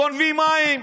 גונבים מים.